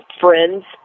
friends